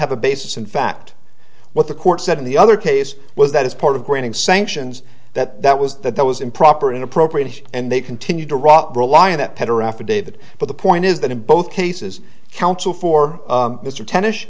have a basis in fact what the court said in the other case was that as part of granting sanctions that that was that that was improper or inappropriate and they continued to rot rely on that better affidavit but the point is that in both cases counsel for mr ten is